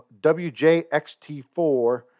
WJXT4